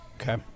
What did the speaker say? Okay